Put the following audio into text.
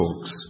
talks